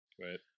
Right